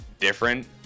different